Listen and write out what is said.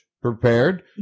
prepared